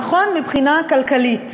נכון מבחינה כלכלית.